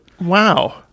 Wow